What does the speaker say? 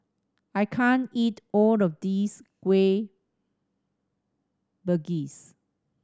I can't eat all of this Kueh Bugis